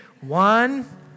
One